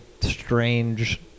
strange